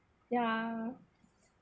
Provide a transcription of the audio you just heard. ya